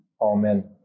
Amen